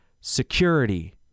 security